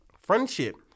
friendship